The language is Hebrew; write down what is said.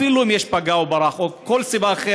אפילו אם יש פגע וברח או כל סיבה אחרת,